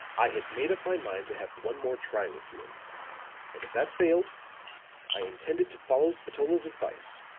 i had made up my mind to have one more try with hume and if that failed i intended to follow spatola's advice,